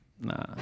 Nah